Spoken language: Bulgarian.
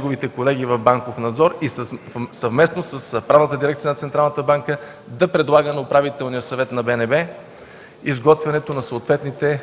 своите колеги от „Банков надзор” и съвместно с Правната дирекция на Централната банка да предлага на Управителния съвет на БНБ изготвянето на съответните